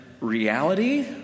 reality